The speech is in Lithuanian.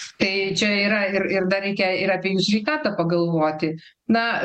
tai čia yra ir ir dar reikia ir apie jų sveikatą pagalvoti na